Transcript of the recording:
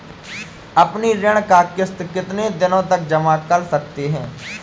अपनी ऋण का किश्त कितनी दिनों तक जमा कर सकते हैं?